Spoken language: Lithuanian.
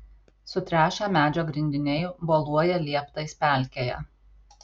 sutręšę medžio grindiniai boluoja lieptais pelkėje